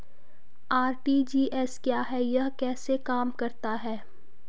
RTGS क्या है यह कैसे काम करता है?